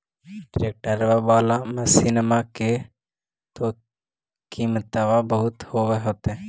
ट्रैक्टरबा बाला मसिन्मा के तो किमत्बा बहुते होब होतै?